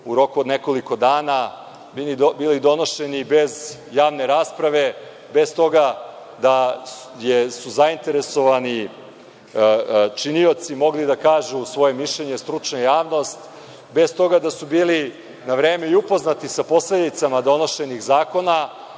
u roku od nekoliko dana, bili donošeni bez javne rasprave, bez toga da su zainteresovani činioci mogli da kažu svoje mišljenje, stručna javnost, bez toga da su bili na vreme i upoznati sa posledicama donošenih zakona,